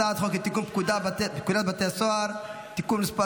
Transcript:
הצעת חוק לתיקון פקודת בתי הסוהר (תיקון מס'